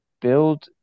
build